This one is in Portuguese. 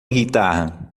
guitarra